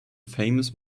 famous